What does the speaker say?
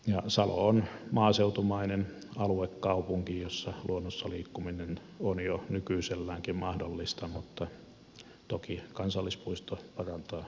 salo on maaseutumainen alue kaupunki jossa luonnossa liikkuminen on jo nykyiselläänkin mahdollista mutta toki kansallispuisto parantaa mahdollisuuksia